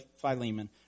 Philemon